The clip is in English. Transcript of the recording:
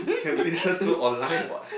can listen to online what